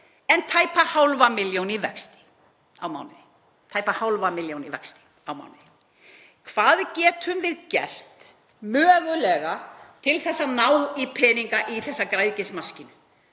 — tæpa hálfa milljón í vexti á mánuði. Hvað getum við mögulega gert til að ná í peninga í þessa græðgismaskínu?